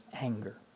anger